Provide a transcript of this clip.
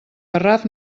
garraf